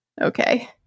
Okay